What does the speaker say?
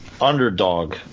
underdog